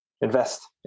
invest